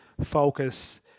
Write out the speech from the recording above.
focus